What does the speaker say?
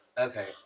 Okay